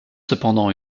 cependant